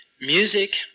Music